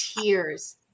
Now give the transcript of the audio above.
tears